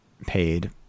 paid